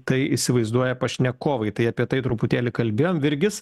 tai įsivaizduoja pašnekovai tai apie tai truputėlį kalbėjom virgis